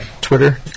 Twitter